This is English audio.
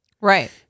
Right